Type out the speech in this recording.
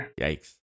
Yikes